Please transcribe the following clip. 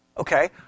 Okay